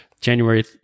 January